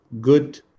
good